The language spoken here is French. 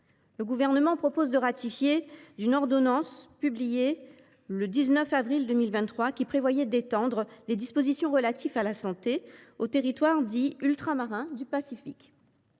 le Gouvernement propose la ratification d’une ordonnance publiée le 19 avril 2023, qui prévoyait d’étendre des dispositions relatives à la santé aux territoires dits ultramarins du Pacifique.